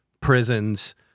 prisons